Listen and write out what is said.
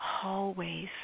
hallways